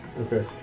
okay